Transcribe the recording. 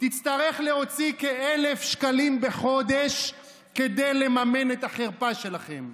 תצטרך להוציא כ-1,000 שקלים בחודש כדי לממן את החרפה שלכם.